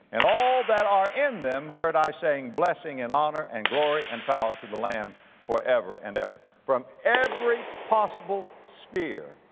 and all that are in them, heard i saying, blessing, and honor, and glory, and power to the lamb forever and ever from every possible sphere,